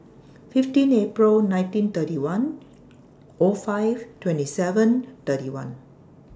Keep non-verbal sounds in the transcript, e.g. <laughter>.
fifteen April nineteen thirty one <noise> O five twenty seven thirty one